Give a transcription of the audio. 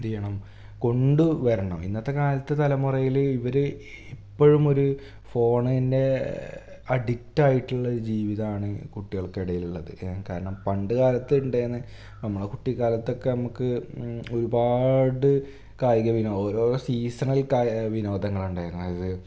എന്തു ചെയ്യണം കൊണ്ടു വരണം ഇന്നത്തെ കാലത്തെ തലമുറയില് ഇവര് എപ്പോഴും ഒരു ഫോണിന്റെ അഡിക്റ്റായിട്ടുള്ളൊരു ജീവിതാണ് കുട്ടികൾക്കിടയിലുള്ളത് കാരണം പണ്ടു കാലത്തുണ്ടായിരുന്ന നമ്മുടെ കുട്ടികാലത്തൊക്കെ നമുക്ക് ഒരുപാട് കായിക ഓരോ സീസണൽ വിനോദങ്ങളുണ്ടായിരുന്നത്